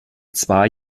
zwei